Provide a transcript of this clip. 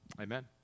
Amen